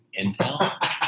intel